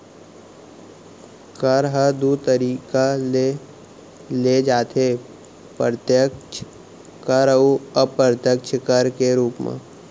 कर ह दू तरीका ले लेय जाथे प्रत्यक्छ कर अउ अप्रत्यक्छ कर के रूप म